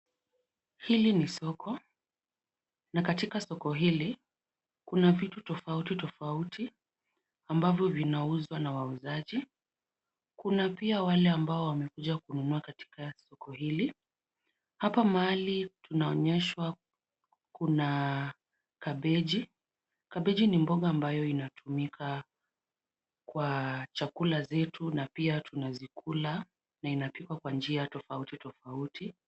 Hili ni soko na katika soko hili kuna vitu tofauti tofauti ambavyo vinauzwa na wauzaji. kuna pia wale ambao wamekuja kununua katika soko hili. Hapa mahali tunaonyeshwa kuna kabeji. Kabeji ni mboga ambayo linatumika kwa chakula zetu na pia tunazikula na inapikwa kwa njia tofauti tofauti.